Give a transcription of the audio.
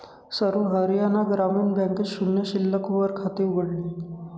सर्व हरियाणा ग्रामीण बँकेत शून्य शिल्लक वर खाते उघडले